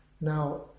Now